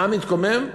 העם התקומם.